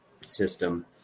system